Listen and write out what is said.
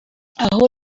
aha